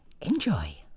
enjoy